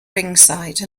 ringside